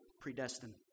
predestined